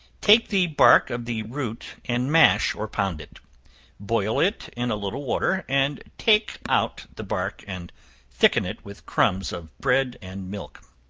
take the bark of the root and mash, or pound it boil it in a little water, and take out the bark, and thicken it with crumbs of bread, and milk.